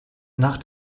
nach